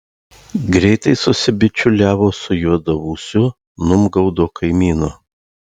greitai susibičiuliavo su juodaūsiu numgaudo kaimynu